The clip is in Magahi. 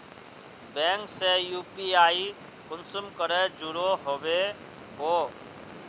बैंक से यु.पी.आई कुंसम करे जुड़ो होबे बो?